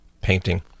painting